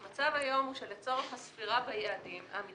המצב היום הוא שלצורך הספירה של עמידה